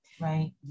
Right